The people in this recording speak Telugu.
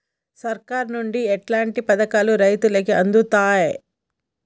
సర్కారు నుండి ఎట్లాంటి పథకాలు రైతులకి అందుతయ్?